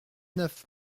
neuf